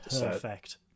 perfect